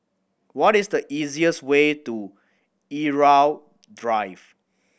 what is the easiest way to Irau Drive